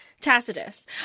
tacitus